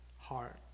heart